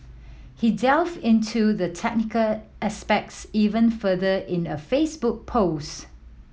he delved into the technical expects even further in a Facebook post